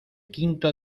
quinto